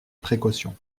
précautions